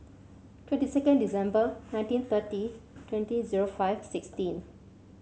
twenty second December nineteen thirty twenty zero five sixteen